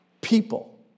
people